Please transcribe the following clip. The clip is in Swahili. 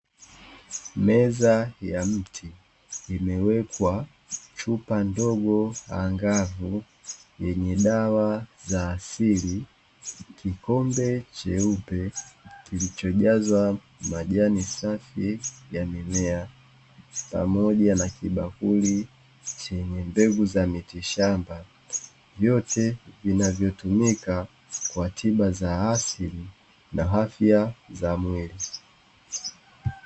Meza ya mti imewekwa Chupa ndogo angavu yenye dawa za asili. Kikombe cheupe kilichojazwa Majani safi ya Mimea pamoja na Kibakuli chenye Mbegu za Miti shamba vyote vinavyotumika kwa Tiba za Asili na Afya ya mwili.